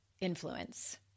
influence